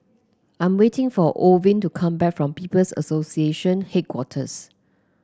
I am waiting for Orvin to come back from People's Association Headquarters